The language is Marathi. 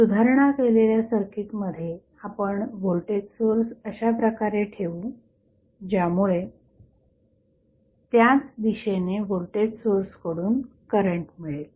सुधारणा केलेल्या सर्किटमध्ये आपण व्होल्टेज सोर्स अशाप्रकारे ठेवू ज्यामुळे त्याच दिशेने व्होल्टेज सोर्सकडून करंट मिळेल